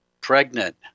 pregnant